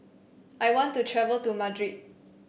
I want to travel to Madrid